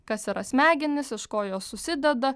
kas yra smegenys iš ko jos susideda